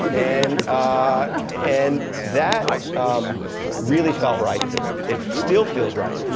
and and that really felt right to me. it still feels right.